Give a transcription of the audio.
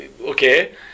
okay